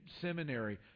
Seminary